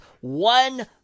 one